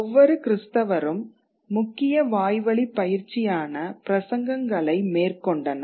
ஒவ்வொரு கிறிஸ்தவரும் முக்கிய வாய்வழிப் பயிற்சியான பிரசங்கங்களை மேற்கொண்டனர்